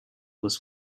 was